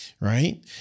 Right